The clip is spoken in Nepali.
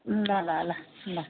ल ल ल ल